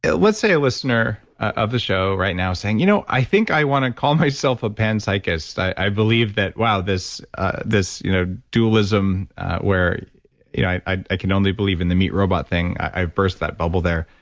but let's say a listener of the show right now saying, you know i think i want to call myself a panpsychist. i believe that, wow, this ah this you know dualism where you know i i can only believe in the meat robot thing. i burst that bubble there.